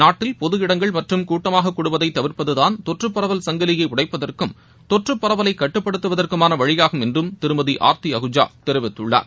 நாட்டில் பொது இடங்கள் மற்றும் கூட்டமாக கூடுவதை தவிர்ப்பதுதான் தொற்றுப் பரவல் சங்கிலியை உடைப்பதற்கும் தொற்றுப் பரவலைக் கட்டுப்படுத்துவதற்குமான வழியாகும் என்றும் திருமதி ஆர்த்தி அஹுரா தெரிவித்துள்ளார்